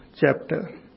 chapter